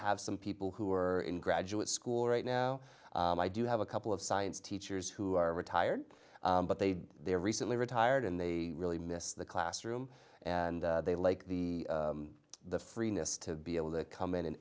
have some people who are in graduate school right now i do have a couple of science teachers who are retired but they they have recently retired and they really miss the classroom and they like the the freeness to be able to come in and